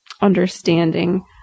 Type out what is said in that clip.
understanding